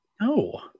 No